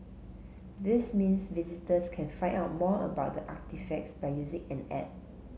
this means visitors can find out more about the artefacts by using an app